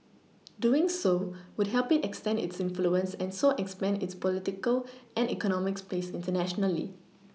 doing so would help it extend its influence and so expand its political and economic space internationally